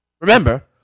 remember